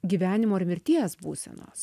gyvenimo ar mirties būsenos